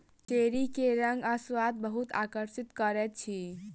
cherry के रंग आ स्वाद बहुत आकर्षित करैत अछि